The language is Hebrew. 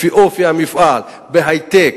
לפי אופי המפעל בהיי-טק,